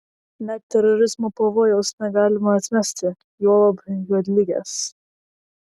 net terorizmo pavojaus negalima atmesti juolab juodligės